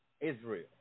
Israel